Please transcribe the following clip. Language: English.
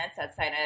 outside